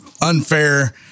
unfair